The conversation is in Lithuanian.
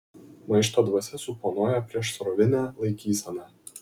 maišto dvasia suponuoja priešsrovinę laikyseną